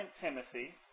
Timothy